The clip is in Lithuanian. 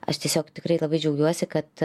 aš tiesiog tikrai labai džiaugiuosi kad